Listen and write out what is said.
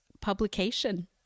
publication